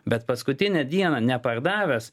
bet paskutinę dieną nepardavęs